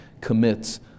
commits